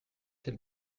c’est